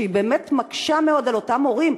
שבאמת מקשה מאוד על אותם הורים,